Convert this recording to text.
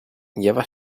lleva